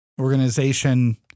organization